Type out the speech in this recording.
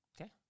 Okay